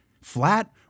flat